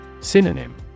Synonym